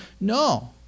No